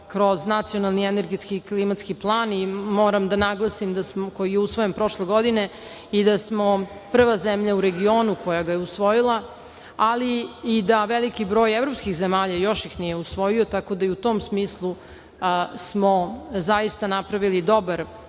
kroz Nacionalni energetski i klimatski plan, koji je usvojen prošle godine, moram da naglasim da smo prva zemlja u regionu koja ga je usvojila, ali i da ih veliki broj evropskih zemalja još nije usvojio, tako da i u tom smislu smo zaista napravili dobar